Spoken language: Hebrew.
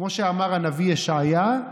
כמו שאמר הנביא ישעיה,